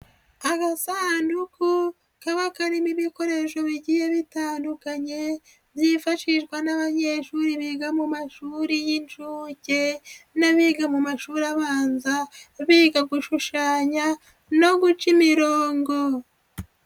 Agasanduku kaba karimo ibikoresho bigiye bitandukanye, byifashishwa n'abanyeshuri biga mu mashuri y'inshuke n'abiga mu mashuri abanza, biga gushushanya no guca imirongo.